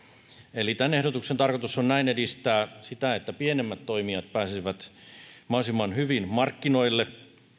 eli tämän ehdotuksen tarkoitus on näin edistää sitä että pienemmät toimijat pääsisivät mahdollisimman hyvin markkinoille